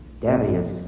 Darius